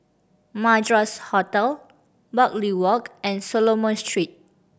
Madras Hotel Bartley Walk and Solomon Street